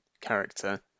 character